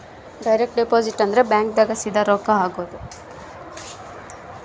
direct deposit ಅಂದ್ರ bank ದಾಗ ಸೀದಾ ರೊಕ್ಕ ಹಾಕೋದು